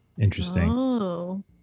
interesting